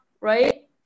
right